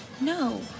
No